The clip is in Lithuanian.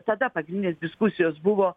tada pagrindinės diskusijos buvo